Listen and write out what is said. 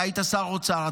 אתה היית שר אוצר,